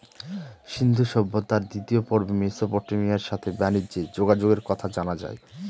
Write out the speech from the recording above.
সিন্ধু সভ্যতার দ্বিতীয় পর্বে মেসোপটেমিয়ার সাথে বানিজ্যে যোগাযোগের কথা জানা যায়